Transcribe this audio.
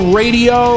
radio